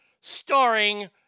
starring